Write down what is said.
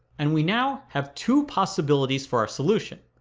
and we now have two possibilities for our solution,